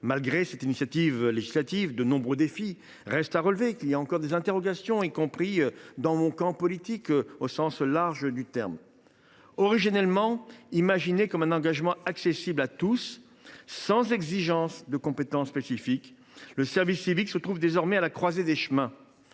malgré cette initiative législative, de nombreux défis restent à relever. Des interrogations subsistent, y compris au sein de mon camp politique au sens large. Originellement imaginé comme un engagement accessible à tous, sans exigence de compétences spécifiques, le service civique se trouve désormais à la croisée des chemins.